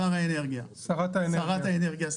שרת האנרגיה.